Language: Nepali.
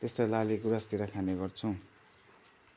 त्यस्तै लाली गुँरासतिर खाने गर्छौँ